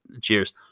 Cheers